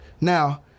Now